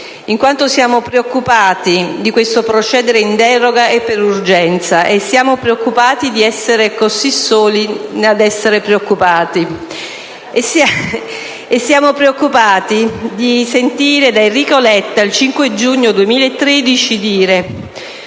in quanto siamo preoccupati di questo procedere in deroga e per urgenza e siamo preoccupati di essere così soli ad essere preoccupati. E siamo preoccupati di sentire da Enrico Letta il 5 giugno 2013 dire: